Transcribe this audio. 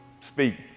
Speak